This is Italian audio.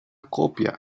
copia